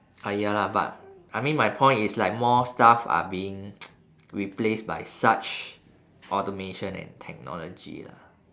ah ya lah but I mean my point are like more stuff are being replaced by such automation and technology lah